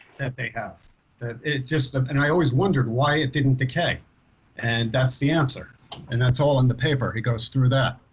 that they have it just and i always wondered why it didn't decay and that's the answer and that's all in the paper it goes through that.